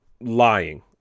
lying